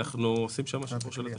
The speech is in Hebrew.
ואנחנו עושים שם שיפור של התשתיות.